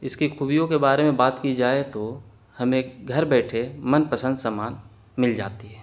اس کی خوبیوں کے بارے میں بات کی جائے تو ہمیں گھر بیٹھے من پسند سامان مل جاتی ہے